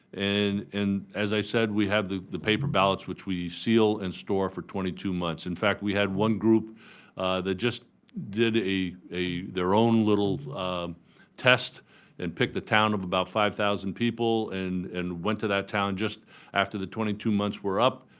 and and as i said, we have the the paper ballots which we seal and store for twenty two months. we had one group that just did a a their own little test and picked the town of about five thousand people and and went to that town just after the twenty two months were up,